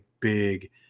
big